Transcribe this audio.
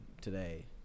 today